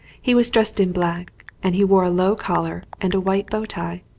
he was dressed in black, and he wore a low collar and a white bow tie.